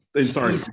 sorry